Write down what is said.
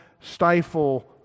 stifle